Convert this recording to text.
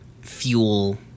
fuel